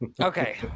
Okay